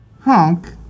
Honk